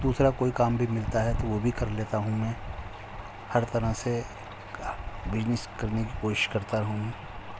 دوسرا کوئی کام بھی ملتا ہے تو وہ بھی کر لیتا ہوں میں ہر طرح سے بزنس کرنے کی کوشش کرتا رہوں ہوں